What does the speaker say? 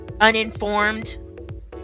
uninformed